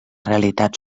realitat